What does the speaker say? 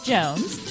Jones